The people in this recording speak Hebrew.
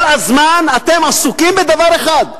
כל הזמן אתם עסוקים בדבר אחד: